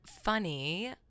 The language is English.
funny